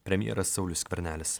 premjeras saulius skvernelis